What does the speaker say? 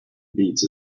beats